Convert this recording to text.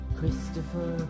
Christopher